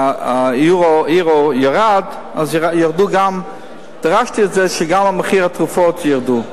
כשהיורו ירד אז דרשתי שגם מחירי התרופות ירדו.